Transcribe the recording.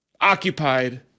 occupied